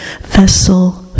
vessel